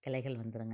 கிளைகள் வந்துடுங்க